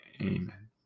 Amen